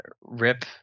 Rip